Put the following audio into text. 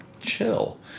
chill